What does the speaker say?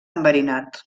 enverinat